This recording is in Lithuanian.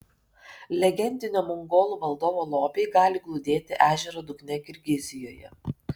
legendinio mongolų valdovo lobiai gali glūdėti ežero dugne kirgizijoje